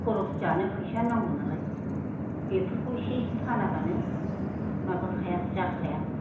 खरस जानो फैसा नांगौ नालाय बेफोरखौ इसे इसे फानाबानो माबाखाया जाखाया